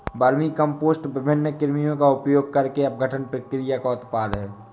vermicompost विभिन्न कृमियों का उपयोग करके अपघटन प्रक्रिया का उत्पाद है